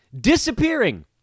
disappearing